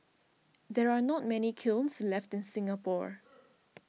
there are not many kilns left in Singapore